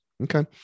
Okay